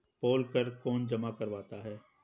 पोल कर कौन जमा करवाता है?